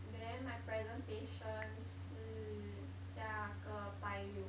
then my presentation 是下个拜六